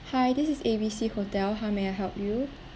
hi this is A_B_C hotel how may I help you